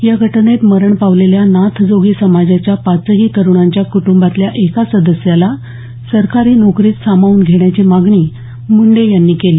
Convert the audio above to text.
या घटनेत मरण पावलेल्या नाथजोगी समाजाच्या पाचही तरुणांच्या कुटुंबातल्या एका सदस्याला सरकारी नोकरीत सामावून घेण्याची मागणी मुंडे यांनी केली